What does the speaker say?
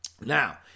Now